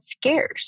scarce